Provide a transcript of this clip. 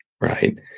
right